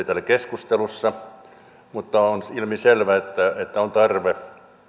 täällä keskustelussa mutta on ilmiselvää että että on tarve